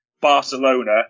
Barcelona